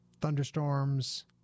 Thunderstorms